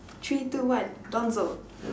three two one Donzo